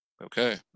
Okay